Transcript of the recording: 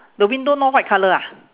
the window not white colour ah